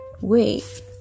Wait